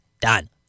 done